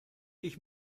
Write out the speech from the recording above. ich